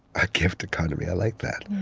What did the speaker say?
a gift economy, i like that.